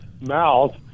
mouth